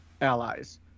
allies